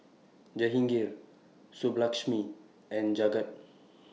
Jahangir Subbulakshmi and Jagat